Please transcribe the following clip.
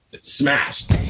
smashed